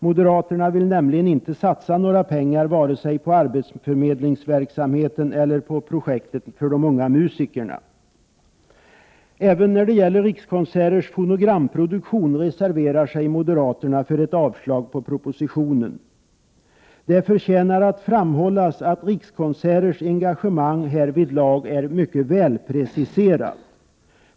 Moderaterna vill nämligen inte satsa några pengar vare sig på arbetsförmedlingsverksamheten eller på projektet för de unga musikerna. Även när det gäller Rikskonserters fonogramproduktion reserverar sig moderaterna för ett avslag på förslaget i propositionen. Det förtjänar att framhållas att Rikskonserters engagemang härvidlag är mycket välpreciserat.